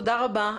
תודה רבה.